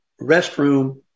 restroom